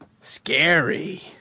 Scary